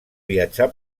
viatjar